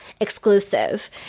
exclusive